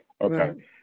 okay